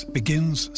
begins